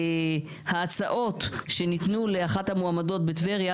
ההצעות שניתנו לאחת המועמדות בטבריה,